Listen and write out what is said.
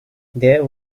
there